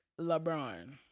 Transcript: LeBron